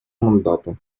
мандату